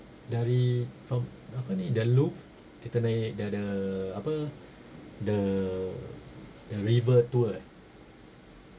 dari from apa ni the loop kita naik dia ada apa the the river tour eh